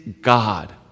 God